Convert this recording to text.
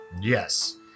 Yes